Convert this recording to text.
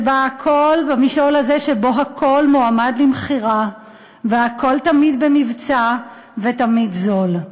שבו הכול מועמד למכירה והכול תמיד במבצע ותמיד זול,